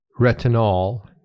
retinol